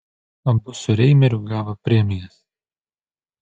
abu su reimeriu gavo premijas